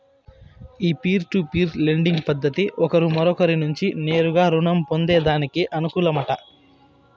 ఈ peer to peer lending పద్దతి ఒకరు మరొకరి నుంచి నేరుగా రుణం పొందేదానికి అనుకూలమట